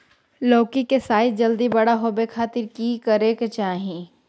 लौकी के साइज जल्दी बड़ा होबे खातिर की करे के चाही?